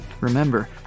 remember